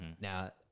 Now